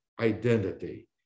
identity